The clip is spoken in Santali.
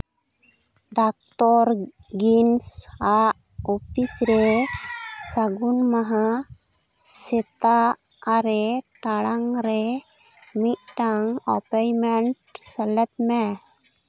ᱰᱟᱠᱛᱚᱨ ᱜᱤᱱᱥ ᱟᱜ ᱚᱯᱷᱤᱥ ᱨᱮ ᱥᱟᱹᱜᱩᱱ ᱢᱟᱦᱟ ᱥᱮᱛᱟᱜ ᱟᱨᱮ ᱴᱟᱲᱟᱝ ᱨᱮ ᱢᱤᱫᱴᱟᱝ ᱮᱯᱚᱭᱮᱱᱴᱢᱮᱱᱴ ᱥᱮᱞᱮᱫ ᱢᱮ